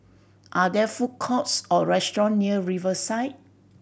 are there food courts or restaurant near Riverside